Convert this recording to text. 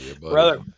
Brother